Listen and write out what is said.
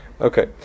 okay